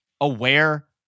aware